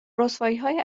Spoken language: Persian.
رسواییهای